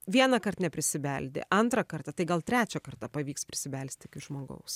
vienąkart neprisibeldė antrą kartą tai gal trečią kartą pavyks prisibelst iki žmogaus